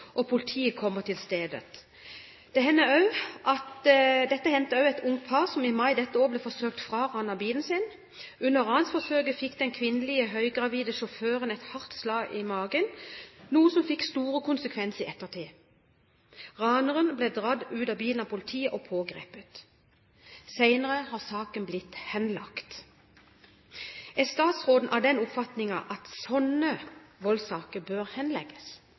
og politiet kommer til stedet. Dette hendte også et ungt par som i mai d.å. ble forsøkt fraranet sin bil. Under ransforsøket fikk den kvinnelige, høygravide sjåføren et hardt slag i magen, noe som fikk store konsekvenser i ettertid. Raneren ble dratt ut av bilen av politiet og pågrepet. Senere har saken blitt henlagt. Er statsråden av den oppfatning at slike voldssaker bør henlegges?»